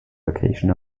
location